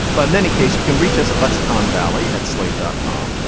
but in any case, you can reach us at lexicon valley at slate dot com.